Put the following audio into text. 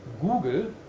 Google